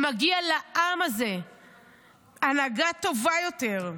מגיעה לעם הזה הנהגה טובה יותר,